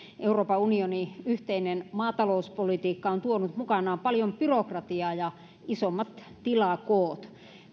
euroopan unionin yhteinen maatalouspolitiikka on tuonut mukanaan paljon byrokratiaa ja isommat tilakoot